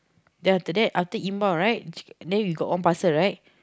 then after inbound right then we got one parcel right